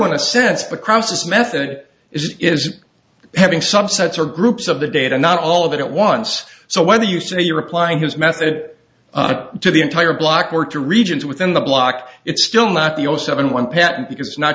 in a sense the cross method is having subsets or groups of the data not all of it at once so whether you say you're applying his method to the entire block work to regions within the block it's still not the all seven one pet because it's not